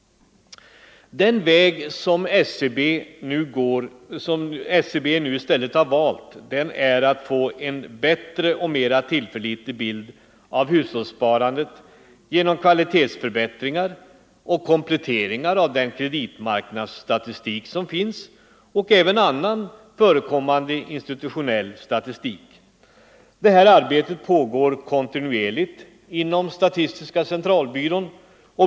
Den väg som SCB nu i stället har valt är att få till stånd en bättre och mera tillförlitlig bild av hushållssparandet genom kvalitetsförbättringar och kompletteringar av kreditmarknadsstatistiken och annan förekommande institutionell statistik. Detta arbete pågår kontinuerligt inom statistiska centralbyrån.